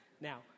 Now